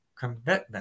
commitment